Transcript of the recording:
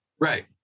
Right